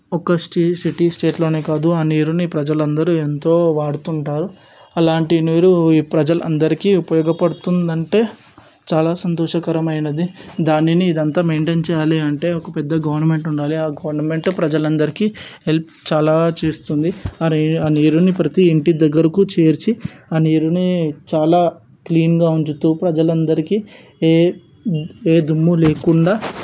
ఒక state city స్టేట్లోనే కాదు ఆ నీరుని ప్రజలందరూ ఎంతో వాడుతుంటారు అలాంటి నీరు ఈ ప్రజలందరికీ ఉపయోగపడుతుందంటే చాలా సంతోషకరమైనది దానిని ఇదంతా మైంటైన్ చేయాలి అంటే ఒక పెద్ద గవర్నమెంట్ ఉండాలి ఆ గవర్నమెంట్ ప్రజలందరికీ హెల్ప్ చాలా చేస్తుంది ఆరే ఆ నీరుని ప్రతి ఇంటి దగ్గరకు చేర్చి ఆ నీరుని చాలా క్లీన్గా ఉంచుతూ ప్రజలందరికీ ఏ ఏ దుమ్ము లేకుండా